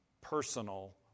personal